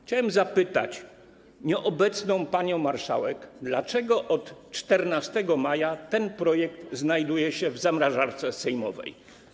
Chciałem zapytać nieobecną panią marszałek: Dlaczego od 14 maja ten projekt znajduje się w zamrażarce sejmowej?